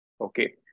Okay